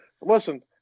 Listen